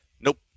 nope